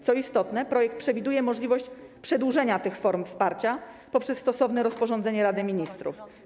Co istotne, projekt przewiduje możliwość przedłużenia tych form wsparcia poprzez stosowne rozporządzenie Rady Ministrów.